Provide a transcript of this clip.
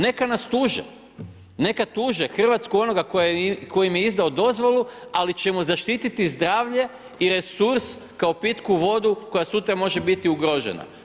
Neka nas tuže, neka tuže Hrvatsku onoga tko im je izdao dozvolu, ali ćemo zaštititi zdravlje i resurs kao pitku vodu koja sutra može biti ugrožena.